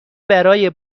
برای